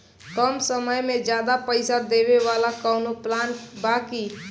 कम समय में ज्यादा पइसा देवे वाला कवनो प्लान बा की?